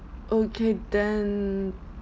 okay then